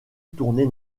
tournée